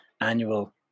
annual